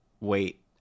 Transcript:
wait